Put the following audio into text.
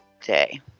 day